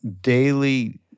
daily